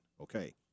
Okay